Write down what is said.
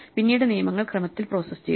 പിന്നീട് നിയമങ്ങൾ ക്രമത്തിൽ പ്രോസസ്സുചെയ്തു